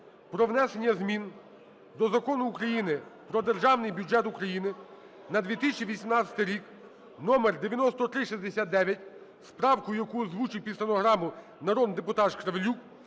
про внесення змін до Закону України "Про Державний бюджет України на 2018 рік" (№9369) з правкою, яку озвучив під стенограму народний депутат Шкварилюк,